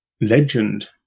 legend